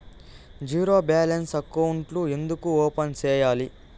zero balance అకౌంట్లు ఎందుకు open సేయాలి